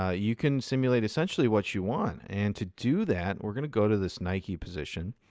ah you can simulate essentially what you want. and to do that, we're going to go to this nike position,